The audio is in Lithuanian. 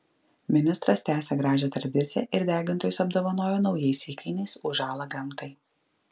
ministras tęsė gražią tradiciją ir degintojus apdovanojo naujais įkainiais už žalą gamtai